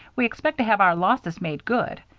we expect to have our losses made good.